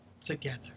together